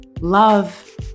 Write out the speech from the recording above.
love